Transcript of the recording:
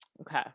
Okay